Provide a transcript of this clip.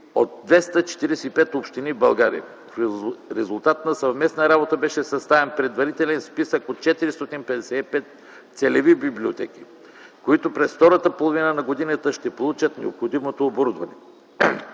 от 245 общини в България. В резултат на съвместна работа беше съставен предварителен списък от 455 целеви библиотеки, които през втората половина на годината ще получат необходимото оборудване.